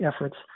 efforts